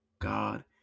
God